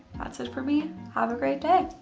that's it for me have a great day!